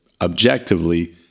objectively